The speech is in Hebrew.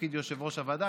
בתפקיד יושב-ראש הוועדה.